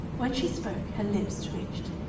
when she spoke, her lips twitched.